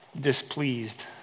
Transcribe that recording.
displeased